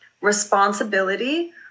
responsibility